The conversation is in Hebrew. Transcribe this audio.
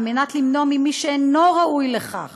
על מנת למנוע ממי שאינו ראוי לכך